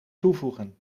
toevoegen